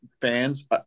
fans